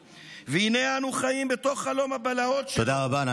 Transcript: והינה אנו חיים בתוך חלום הבלהות שלו, תודה רבה.